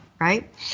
right